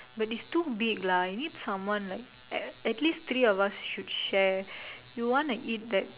but it's too big lah I need someone like at at least three of us should share you want to eat that